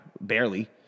barely